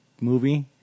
movie